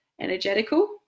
Energetical